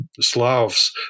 Slavs